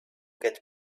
get